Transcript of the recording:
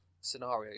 scenario